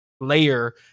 layer